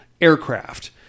aircraft